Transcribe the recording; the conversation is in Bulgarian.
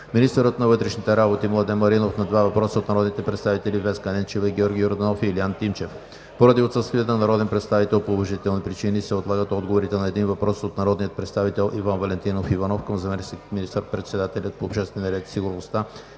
министърът на вътрешните работи Младен Маринов – на два въпроса от народните представители Веска Ненчева; и Георги Йорданов и Илиян Тимчев. Поради отсъствие на народен представител по уважителни причини се отлагат отговорите на: - един въпрос от народния представител Иван Валентинов Иванов към заместник министър-председателя по обществения ред и сигурността